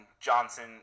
Johnson